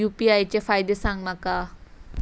UPI चे फायदे सांगा माका?